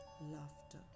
laughter